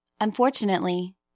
Unfortunately